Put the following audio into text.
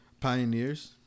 pioneers